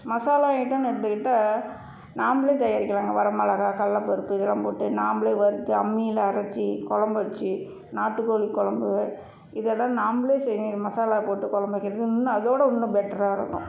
மசாலா ஐட்டம்ன்னு எடுத்துக்கிட்டா நாமளே தயாரிக்கலாங்க வரமிளகாய் கல்லைபருப்பு இதெல்லாம் போட்டு நாமளே வறுத்து அம்மியில அரைச்சி குலம்பு வச்சி நாட்டுக்கோழி குலம்பு இதெல்லாம் நாமளே செய்யணும் மசாலா போட்டு குலம்பு வைக்கிறது இன்னும் அதோட இன்னும் பெட்ராக இருக்கும்